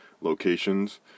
locations